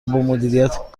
مدیریت